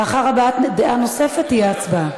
לאחר הבעת דעה נוספת תהיה הצבעה.